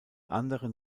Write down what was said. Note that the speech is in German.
anderen